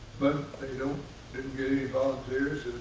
but you know and the volunteers,